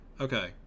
okay